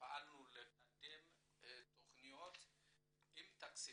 ופעלנו לקדם תכניות עם תקציבים,